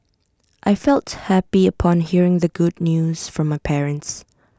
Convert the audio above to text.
I felt happy upon hearing the good news from my parents